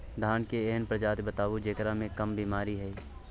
धान के एहन प्रजाति बताबू जेकरा मे कम बीमारी हैय?